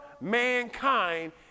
mankind